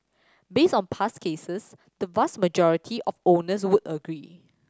based on past cases the vast majority of owners would agree